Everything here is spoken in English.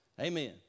Amen